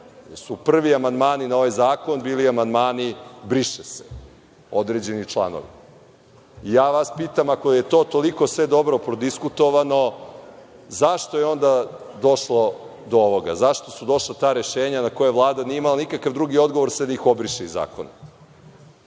su prvi amandmani na ovaj zakon bili amandmani – briše se, određeni članovi. Ja vas pitam ako je sve to toliko dobro prodiskutovano zašto je onda došlo do ovoga, zašto su došla ta rešenja na koja Vlada nije imala nikakav drugi odgovor sem da ih obriše iz zakona.